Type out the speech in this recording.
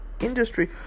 industry